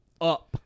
up